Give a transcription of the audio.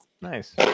Nice